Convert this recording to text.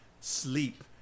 sleep